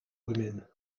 women